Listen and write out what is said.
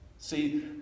See